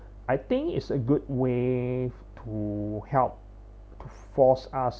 I think is a good way to help to force us